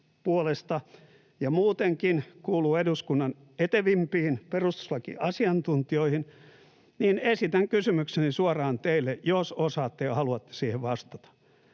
ja muutenkin kuuluu eduskunnan etevimpiin perustuslakiasiantuntijoihin, niin esitän kysymykseni suoraan teille, jos osaatte ja haluatte siihen vastata: